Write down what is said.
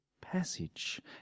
passage